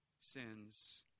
sins